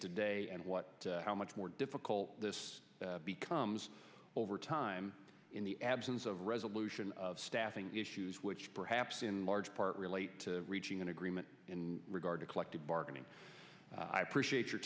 today and what how much more difficult this becomes over time in the absence of resolution of staffing issues which perhaps in large part relate to reaching an agreement in regard to collective bargaining i appreciate your